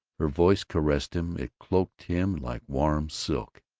her voice caressed him it cloaked him like warm silk.